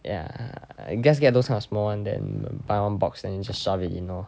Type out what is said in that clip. ya I guess get those kind of small one then buy one box then you just shove it in lor